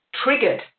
Triggered